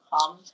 come